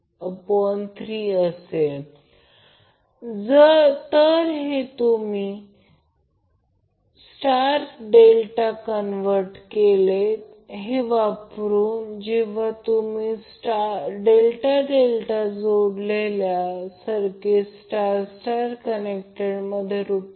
तर सोर्स ∆ आहे line voltage phase voltage आहे म्हणूनच येथे ते लाईन व्होल्टेज फेज व्होल्टेज घेतले जाते